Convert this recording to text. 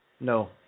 No